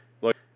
Look